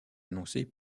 annoncé